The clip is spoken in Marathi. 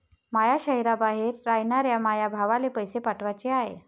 माया शैहराबाहेर रायनाऱ्या माया भावाला पैसे पाठवाचे हाय